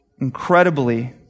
incredibly